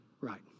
right